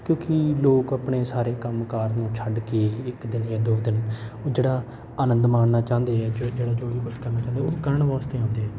ਕਿਉਂਕਿ ਲੋਕ ਆਪਣੇ ਸਾਰੇ ਕੰਮ ਕਾਰ ਨੂੰ ਛੱਡ ਕੇ ਇੱਕ ਦਿਨ ਜਾਂ ਦੋ ਦਿਨ ਉਹ ਜਿਹੜਾ ਆਨੰਦ ਮਾਣਨਾ ਚਾਹੁੰਦੇ ਆ ਜੋ ਵੀ ਕੁਝ ਕਰਨਾ ਚਾਹੁੰਦੇ ਆ ਉਹ ਕਹਿਣ ਵਾਸਤੇ ਆਉਂਦੇ ਆ